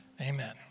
Amen